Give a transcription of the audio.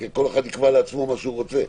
כי כל אחד יקבע לעצמו מה שהוא רוצה.